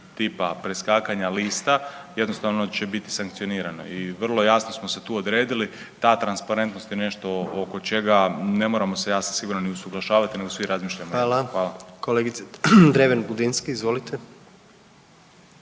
tipa preskakanja lista jednostavno će biti sankcionirano i vrlo jasno smo se tu odredili, ta transparentnost je nešto oko čega ne moramo se, ja sam siguran i usuglašavati nego svi razmišljamo .../nerazumljivo/...